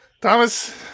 Thomas